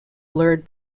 blurred